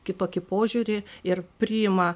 kitokį požiūrį ir priima